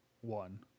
One